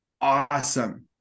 Awesome